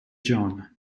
john